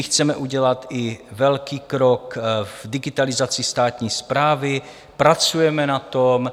Chceme udělat velký krok i v digitalizaci státní správy, pracujeme na tom.